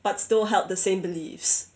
but still held the same beliefs